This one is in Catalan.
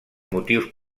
motius